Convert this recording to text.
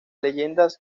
leyendas